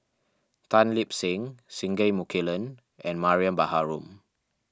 Tan Lip Seng Singai Mukilan and Mariam Baharom